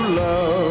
love